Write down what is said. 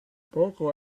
poco